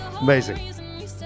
Amazing